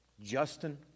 Justin